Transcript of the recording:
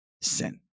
sin